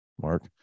Mark